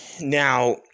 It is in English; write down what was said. now